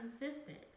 consistent